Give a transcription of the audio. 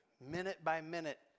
minute-by-minute